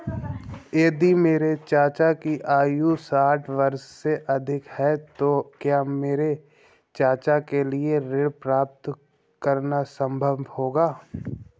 यदि मेरे चाचा की आयु साठ वर्ष से अधिक है तो क्या मेरे चाचा के लिए ऋण प्राप्त करना संभव होगा?